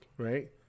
Right